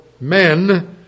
men